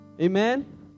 Amen